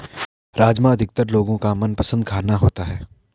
राजमा अधिकतर लोगो का मनपसंद खाना होता है